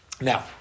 Now